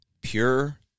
pure